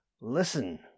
Listen